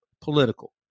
political